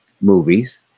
movies